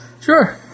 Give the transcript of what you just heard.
Sure